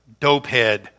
dopehead